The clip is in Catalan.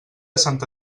santa